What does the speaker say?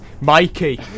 Mikey